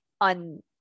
on